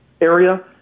area